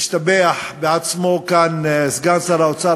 והשתבח בעצמו כאן סגן שר האוצר,